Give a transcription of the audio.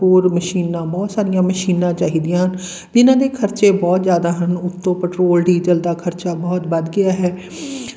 ਹੋਰ ਮਸ਼ੀਨਾਂ ਬਹੁਤ ਸਾਰੀਆਂ ਮਸ਼ੀਨਾਂ ਚਾਹੀਦੀਆਂ ਜਿਨ੍ਹਾਂ ਦੇ ਖਰਚੇ ਬਹੁਤ ਜ਼ਿਆਦਾ ਹਨ ਉੱਤੋਂ ਪੈਟਰੋਲ ਡੀਜ਼ਲ ਦਾ ਖਰਚਾ ਬਹੁਤ ਵੱਧ ਗਿਆ ਹੈ